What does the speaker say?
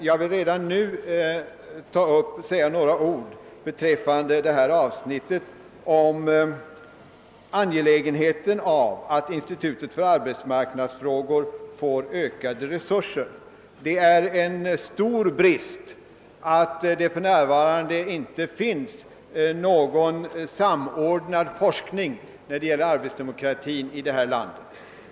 Jag vill dock redan nu säga några ord om angelägenheten av att institutet för arbetsmarknadsfrågor får ökade resurser. Det är en stor brist att det för närvarande inte finns någon samordnad forskning när det gäller arbetsdemokratin i detta land.